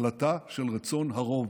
זה החלטה של רצון הרוב.